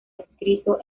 escrito